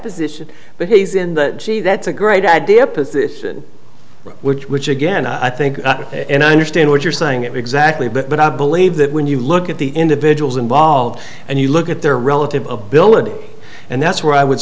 position but he's in the see that's a great idea which which again i think and i understand what you're saying it exactly but i believe that when you look at the individuals involved and you look at their relative ability and that's where i would